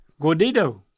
Gordito